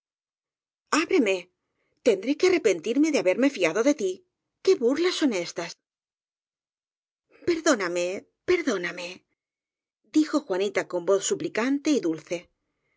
ábreme tendré que arrepentirme de haber me fiado de tí qué burlas son éstas perdóname perdóname dijo juanita con voz suplicante y dulce